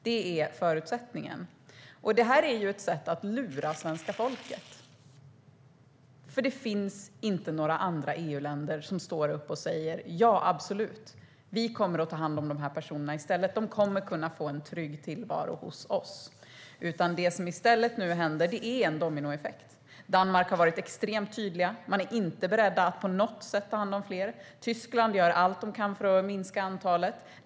Det är förutsättningen. Detta är ju ett sätt att lura svenska folket. För det finns inga andra EU-länder som står upp och säger: Ja, vi kommer att ta hand om de här personerna i stället, och de kommer att kunna få en trygg tillvaro hos oss! Det vi i stället ser är en dominoeffekt. I Danmark har man varit extremt tydlig med att man inte är beredd att på något sätt ta hand om fler. Tyskland gör allt man kan för att minska antalet.